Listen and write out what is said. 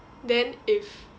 then if